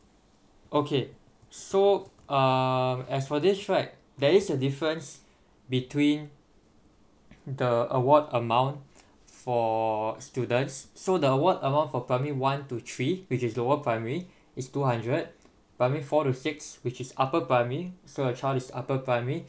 okay so uh as for this right there is a difference between the award amount for students so the award amount for primary one to three which is lower primary is two hundred primary four to six which is upper primary so your child is upper primary